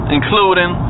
Including